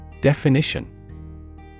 Definition